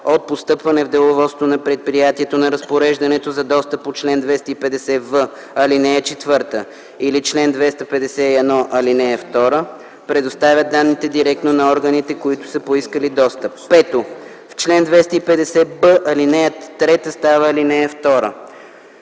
от постъпване в деловодството на предприятието на разпореждането за достъп по чл. 250в, ал. 4, или чл. 251, ал. 2, предоставят данните директно на органите, които са поискали достъп.” 5. В чл. 250б ал. 3 става ал. 2.